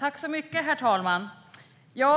Herr talman!